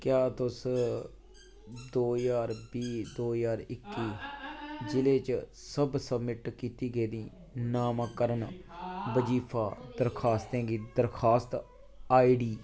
क्या तुस दो ज्हार बीह् दो ज्हार इक्की जि'ले च सब सबमिट कीती गेदी नमांकरण बजीफा दरखास्तें गी दरखास्त आई डी